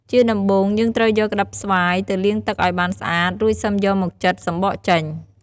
ជាដំបូង យើងត្រូវយកក្តិបស្វាយទៅលាងទឹកឱ្យបានស្អាត រួចសឹមយកមកចិត សំបកចេញ។